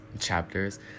chapters